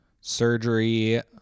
surgery